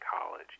college